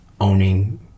owning